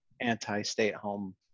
anti-stay-at-home